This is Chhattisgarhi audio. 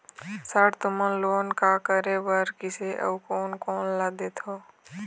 सर तुमन लोन का का करें बर, किसे अउ कोन कोन ला देथों?